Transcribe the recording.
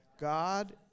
God